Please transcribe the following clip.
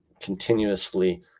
continuously